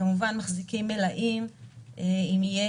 כמובן שאנחנו מחזיקים מלאים אם יהיה